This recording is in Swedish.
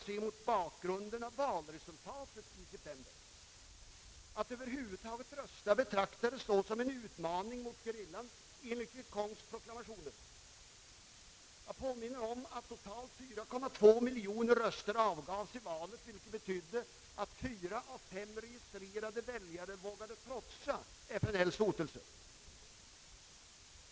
Detta framgår av valresultatet i september. Att över huvud taget rösta betraktades då enligt Vietcongs proklamationer såsom en utmaning mot gerillan. Jag påminner om att totalt 4,2 miljoner röster avgavs i valet, vilket betydde att fyra av fem registrerade väljare vågade trotsa FNL:s hotelser.